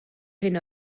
hyn